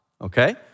okay